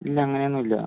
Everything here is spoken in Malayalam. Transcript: ഇല്ല അങ്ങനെ ഒന്നും ഇല്ല